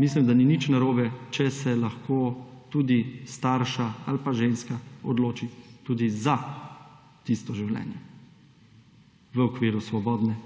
Mislim, da ni nič narobe, če se lahko tudi starša odločita ali pa ženska odloči tudi za tisto življenje v okviru svobodne